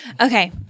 okay